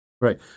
Right